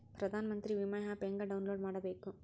ಪ್ರಧಾನಮಂತ್ರಿ ವಿಮಾ ಆ್ಯಪ್ ಹೆಂಗ ಡೌನ್ಲೋಡ್ ಮಾಡಬೇಕು?